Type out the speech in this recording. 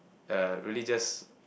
uh really just